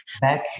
Back